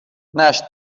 نشت